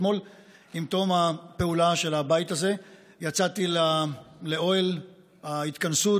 אתמול עם תום הפעולה של הבית הזה יצאתי לאוהל ההתכנסות,